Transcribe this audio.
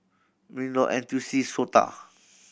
MinLaw N T U C SOTA